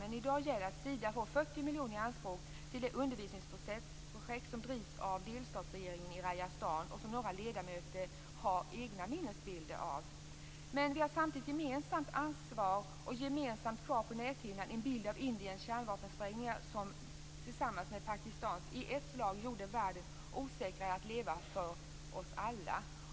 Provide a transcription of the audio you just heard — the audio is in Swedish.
Men i dag gäller att Sida får ta 40 miljoner kronor i anspråk till det undervisningsprojekt som drivs av delstatsregeringen i Rajasthan och som några ledamöter har egna minnesbilder av. Men vi har samtidigt ett gemensamt ansvar och kvar på näthinnan en bild av Indiens och Pakistans kärnvapensprängningar som i ett slag gjorde världen osäkrare att leva i för oss alla.